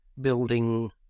building